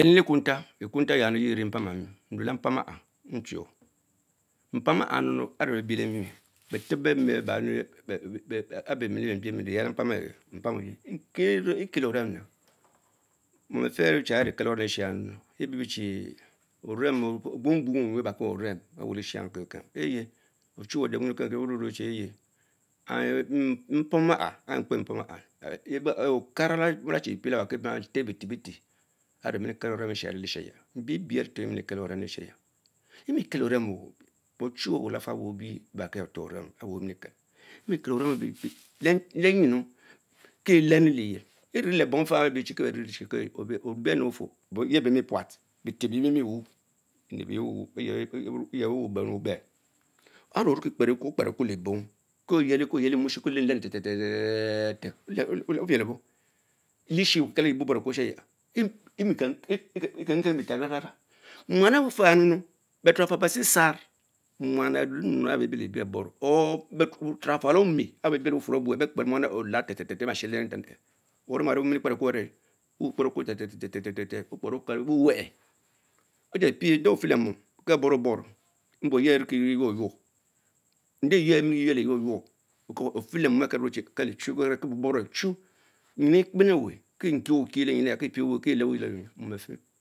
Ekumtale ehh nmm yeh rie mpen ause, mich lee mpam ara unchmo, mpam aha arch bey bielle mie ben- tep bee mes abee mile, mie ne yah lea mpam ahamu, ekielo rem, mom elife ante ne kelie orem, obruenburn ajnu bebarki orem eyeu, mpomu ala ane chie som aha briela dis pienten bre fen bee tehh ane mill kel orem, mbie bie aarche mile kem who lafal obeybie, emie kel oriem lempisu, kee eleny leyel efan we be obanen, but obene open yje prat beten ebreje biemic win senen ebeye see wurs beyebeye wuben unben. arch, onekie kperikro ko lenu ten ten ten ton opiele bo? beshe eyie obor bor ayai muan ofert nuumu, beturofal Beh-Seesar muan. or Sutunafal ome bekperr mean the alatch ten ter be ma sheve, oven arbe omite Kpew eawo, omaper ekuro teh ten ten oma sheroh orem ever oiler Aperreth, okperekuro ten ter tar wnwel pie nde ofelemu kie borro boro mbuo yeh exie yuoh yuon, nde yich enigendi eyomh ynoru ofere mom ane bil me còn chu, yemin gbenewen the Krearch wie blyn eha mom afeh.